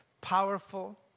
powerful